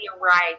right